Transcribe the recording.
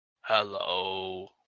Hello